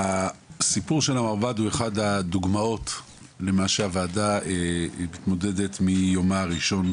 הסיפור של המרב"ד הוא אחת הדוגמאות למה שהוועדה מתמודדת מיומה הראשון,